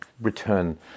return